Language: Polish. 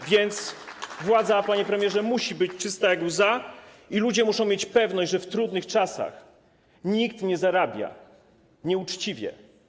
A więc władza, panie premierze, musi być czysta jak łza i ludzie muszą mieć pewność, że w trudnych czasach nikt nie zarabia nieuczciwie.